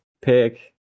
pick